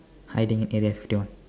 hiding